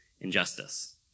injustice